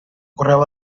correu